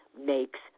makes